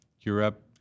Europe